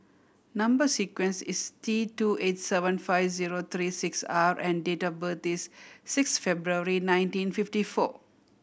number sequence is T two eight seven five zero three six R and date of birth is six February nineteen fifty four